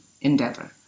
endeavor